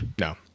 No